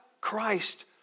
Christ